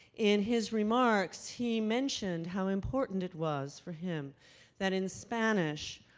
in his remarks, he mentioned how important it was for him that in spanish,